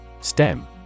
Stem